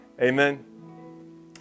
amen